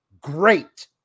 great